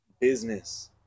business